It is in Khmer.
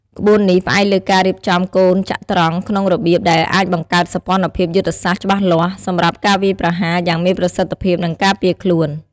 ក្បួននេះផ្អែកលើការរៀបចំកូនចត្រង្គក្នុងរបៀបដែលអាចបង្កើតសម្ព័ន្ធភាពយុទ្ធសាស្ត្រច្បាស់លាស់ សម្រាប់ការវាយប្រហារយ៉ាងមានប្រសិទ្ធភាព និងការពារខ្លួន។